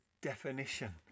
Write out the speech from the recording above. definition